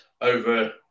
over